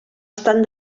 estan